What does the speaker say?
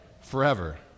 forever